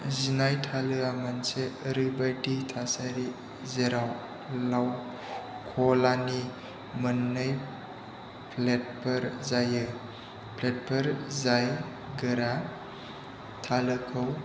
जिनाय थालोआ मोनसे ओरैबायदि थासारि जेराव लाउखलानि मोननै लेपफोर जायो लेपफोर जाय गोरा थालोखौ